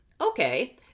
okay